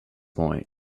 point